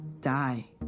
die